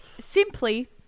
simply